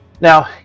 Now